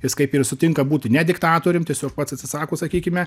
jis kaip ir sutinka būti ne diktatorium tiesiog pats atsisako sakykime